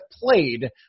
played